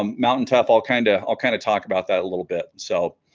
um mountaintop all kind of i'll kind of talk about that a little bit so